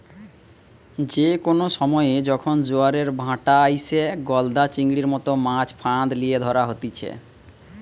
যে কোনো সময়ে যখন জোয়ারের ভাঁটা আইসে, গলদা চিংড়ির মতো মাছ ফাঁদ লিয়ে ধরা হতিছে